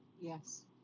Yes